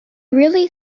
really